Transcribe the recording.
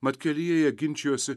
mat kelyje jie ginčijosi